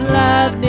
love